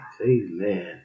Amen